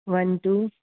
one two